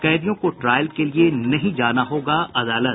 कैदियों को ट्रायल के लिए नहीं जाना होगा अदालत